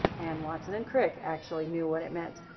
and watson and crick actually knew what it meant.